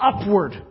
upward